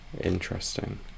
Interesting